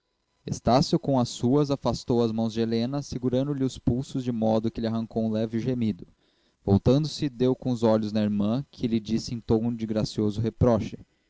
suas afastou as mãos de helena segurando lhe os pulsos de modo que lhe arrancou um leve gemido voltando-se deu com os olhos na irmã que lhe disse em tom de gracioso